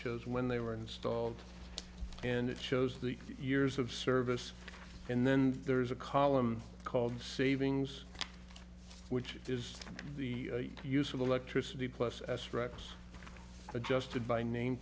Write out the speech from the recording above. chose when they were installed and it shows the years of service and then there's a column called savings which is the use of electricity plus as frex adjusted by name